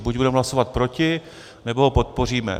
Buď budeme hlasovat proti, nebo ho podpoříme.